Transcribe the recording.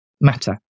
matter